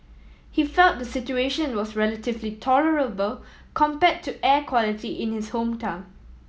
he felt the situation was relatively tolerable compared to air quality in his hometown